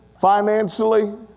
financially